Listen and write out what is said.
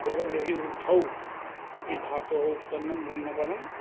बृहद् बृहद् वृद्धौ इति धातोः उत्पन्नं ब्रह्मपदं